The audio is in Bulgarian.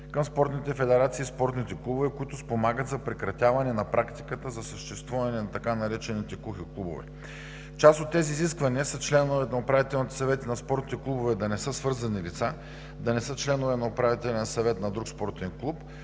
към спортните федерации и спортните клубове, които спомагат за прекратяване на практиката за съществуване на така наречените кухи клубове. Част от тези изисквания са членовете на управителните съвети на спортните клубове да не са свързани лица, да не са членове на управителен съвет на друг спортен клуб,